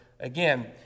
Again